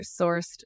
sourced